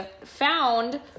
found